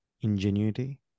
ingenuity